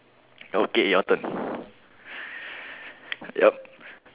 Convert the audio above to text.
okay your turn yup